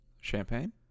Champagne